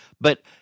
But-